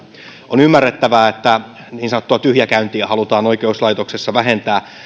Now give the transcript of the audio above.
on ymmärrettävää että niin sanottua tyhjäkäyntiä halutaan oikeuslaitoksessa vähentää